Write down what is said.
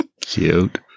Cute